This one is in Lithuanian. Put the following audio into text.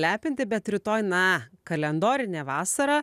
lepinti bet rytoj na kalendorinė vasara